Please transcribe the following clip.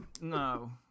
No